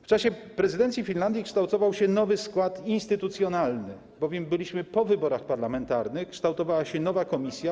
W czasie prezydencji Finlandii kształtował się nowy skład instytucjonalny, byliśmy bowiem po wyborach parlamentarnych, kształtowała się nowa Komisja.